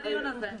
מה יהיה בדיון הזה?